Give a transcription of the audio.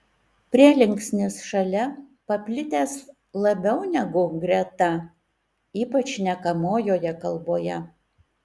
prielinksnis šalia paplitęs labiau negu greta ypač šnekamojoje kalboje